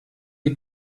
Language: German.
die